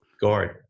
guard